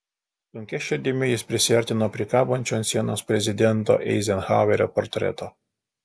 sunkia širdimi jis prisiartino prie kabančio ant sienos prezidento eizenhauerio portreto